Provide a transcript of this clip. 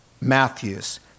Matthew's